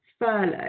furlough